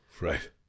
right